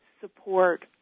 support